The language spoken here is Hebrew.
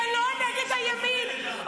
זה לא נגד ימין.